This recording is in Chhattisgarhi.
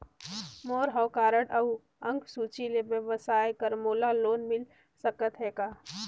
मोर हव कारड अउ अंक सूची ले व्यवसाय बर मोला लोन मिल सकत हे का?